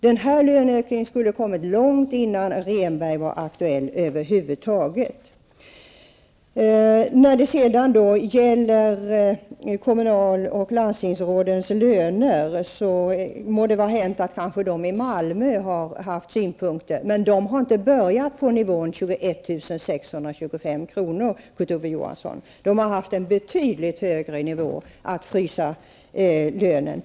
Den här löneökningen skulle ha kommit långt innan Rehnberg var aktuell över huvud taget. När det gäller kommunal och landstingsrådens löner må det vara hänt att man i Malmö har haft synpunkter. Men, Kurt Ove Johansson, de har inte börjat på nivån 21 625 kr. De har haft en betydligt högre nivå att frysa lönen.